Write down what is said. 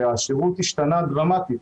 שהשירות השתנה דרמטית.